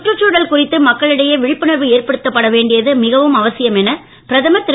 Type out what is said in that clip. கற்றுச்சூழல் குறித்து மக்களிடையே விழிப்புணர்வு ஏற்படுத்தப்பட வேண்டியது மிகவும் அவசியம் என பிரதமர் திரு